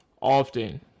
often